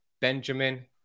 Benjamin